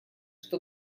что